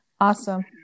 Awesome